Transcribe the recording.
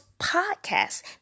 podcasts